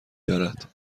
دارد